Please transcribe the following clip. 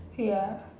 ya